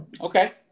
Okay